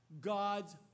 God's